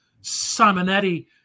Simonetti